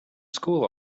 school